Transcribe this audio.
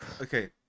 Okay